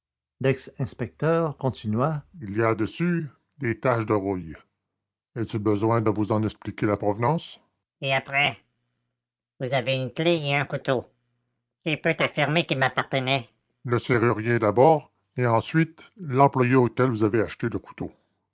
lex inspecteur continua il y a dessus des taches de rouille est-il besoin de vous en expliquer la provenance et après vous avez une clef et un couteau qui peut affirmer qu'ils m'appartenaient le serrurier d'abord et ensuite l'employé auquel vous avez acheté le couteau